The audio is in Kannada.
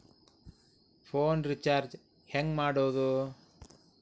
ಫೋನ್ ರಿಚಾರ್ಜ್ ಹೆಂಗೆ ಮಾಡೋದು?